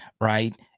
Right